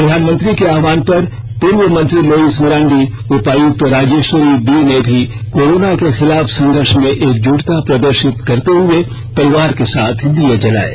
प्रधानमंत्री के आह्वान पर पूर्व मंत्री लुईस मरांडी उपायुक्त राजेश्वरी बी ने भी कोरोना के खिलाफ संघर्ष में एकजुटता प्रदर्शित करते हुए परिवार के साथ दीये जलाये